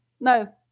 no